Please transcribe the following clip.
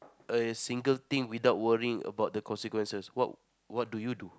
a single thing without worrying about the consequences what what do you do